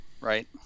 Right